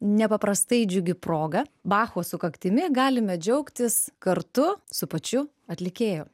nepaprastai džiugi proga bacho sukaktimi galime džiaugtis kartu su pačiu atlikėju